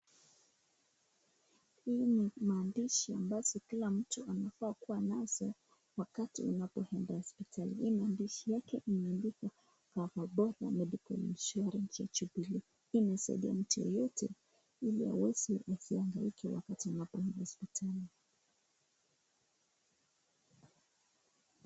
Hii ni maandishi ambayo kila mtu anafaa kuwa nayo wakati unapoenda hospitali. Hii maandishi yake imeandikwa kwa Affordable Medical Insurance ya Jubilee. Hii inasaidia mtu yeyote ili aweze asiangaike wakati anapoenda hospitalini.